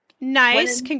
Nice